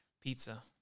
Pizza